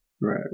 Right